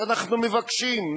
אנחנו מבקשים,